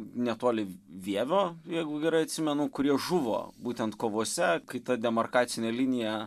netoli vievio jeigu gerai atsimenu kurie žuvo būtent kovose kai ta demarkacinė linija